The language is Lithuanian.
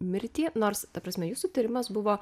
mirtį nors ta prasme jūsų tyrimas buvo